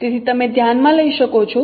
તેથી તમે ધ્યાન માં લઈ શકો છો